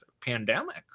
pandemic